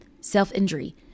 self-injury